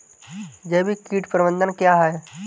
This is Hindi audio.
जैविक कीट प्रबंधन क्या है?